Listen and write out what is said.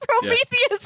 Prometheus